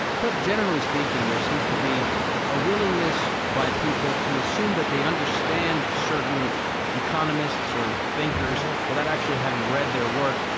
but generally speaking, there seems to be a willingness by people to assume that they understand certain economists or thinkers without actually having read their work.